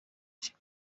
shema